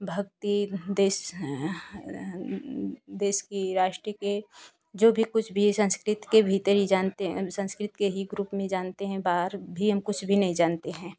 भक्ति देश देश की राष्ट्र की जो भी कुछ भी है संस्कृत के भीतर ही जानते हैं संस्कृत के ही ग्रुप में ही जानते हैं बाहर भी हम कुछ भी नहीं जानते हैं